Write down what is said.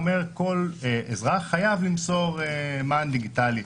אומרת שכל אזרח חייב למסור מען דיגיטלי,